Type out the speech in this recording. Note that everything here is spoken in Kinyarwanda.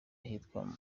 ahitwa